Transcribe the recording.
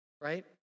right